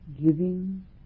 giving